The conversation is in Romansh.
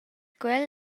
quel